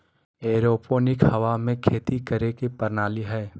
aeroponic हवा में खेती करे के प्रणाली हइ